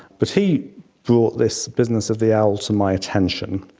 but he brought this business of the owl to my attention.